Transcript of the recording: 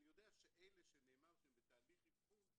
יודע שאלה שנאמר שהם בתהליך אבחון,